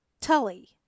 Tully